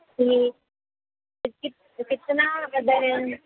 C कित् कितना गदर्यम्